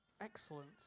Excellent